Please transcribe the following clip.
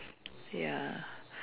ya